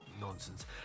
Nonsense